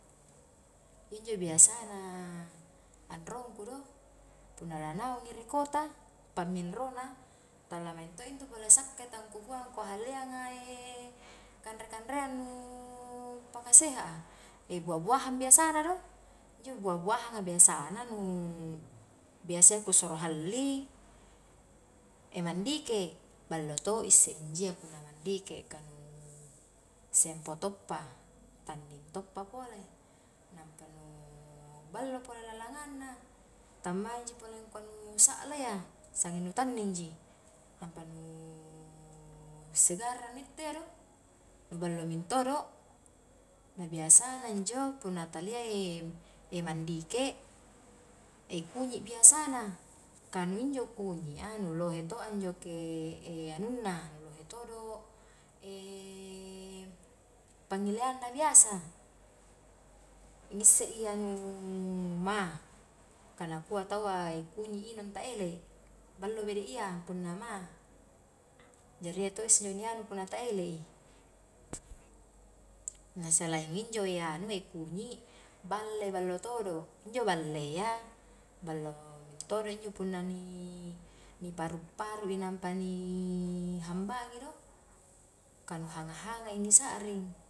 Injo biasana, anrongku do, punna lanaungi ri kota pamminrona tala maing to intu pole sakka tangkukua angkua hallianga kanre-kanreang nu paka seha'a, buah buahan biasana do, injo buah buahan a biasana nu biasayyya ku suro halli, mandike, ballo to isse injia punna mandike, kanu sempo toppa, tanning toppa pole, nampa nu ballo pole lalangangna, tammaeji pole nu sa'la iya, sanging nu tanning ji, nampa nu segar a nitte iya do, nu ballo mintodo, na biasana injo, punna talia i e' manddike e' kunyi' biasana, kanu injo kunyi a nu lohe to anjoko anunna, nu lohe todo' pangngileanna biasa, nissei anu maag, kanakua tau a kunyi' inung ta'ele, ballo bede iya punna maag, jari iya to isse ni anu punna ta'ele i, na selain injo e anu e kunyi' balle ballo todo injo balle a ballo mintodo injo punna ni-ni paru'- paru' nampa ni hambangi do, kanu hanga'-hanga' i ni sa'ring.